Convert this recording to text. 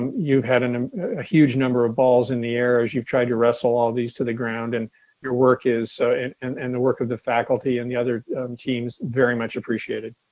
you've had a ah huge number of balls in the air as you've tried to wrestle all these to the ground and your work is so and and and the work of the faculty and the other teams very much appreciated.